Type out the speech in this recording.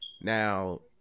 now